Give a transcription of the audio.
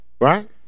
right